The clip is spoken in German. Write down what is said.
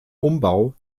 umbau